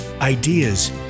ideas